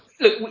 look